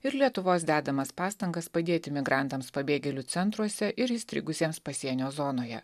ir lietuvos dedamas pastangas padėti migrantams pabėgėlių centruose ir įstrigusiems pasienio zonoje